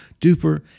duper